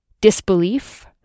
disbelief